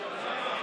נתקבל.